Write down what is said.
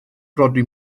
rhodri